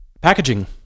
packaging